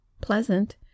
pleasant